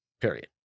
Period